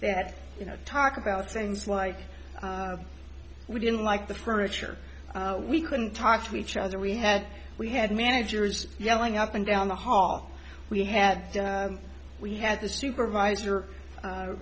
that you know talk about things like we didn't like the furniture we couldn't talk to each other we had we had managers yelling up and down the hall we had we had the supervisor